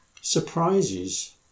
Surprises